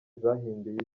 zahinduye